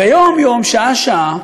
ויום-יום, שעה-שעה,